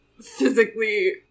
physically